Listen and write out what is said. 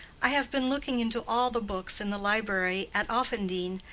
i have been looking into all the books in the library at offendene,